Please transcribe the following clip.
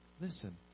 Listen